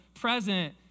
present